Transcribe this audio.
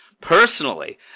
personally